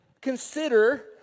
consider